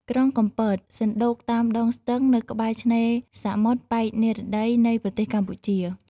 ក្រុងកំពត សណ្តូកតាមដងស្ទឹង នៅក្បែរឆ្នេរសមុទ្រប៉ែកនិរតីនៃប្រទេសកម្ពុជា។